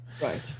Right